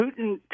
Putin